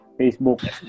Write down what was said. Facebook